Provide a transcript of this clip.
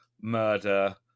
murder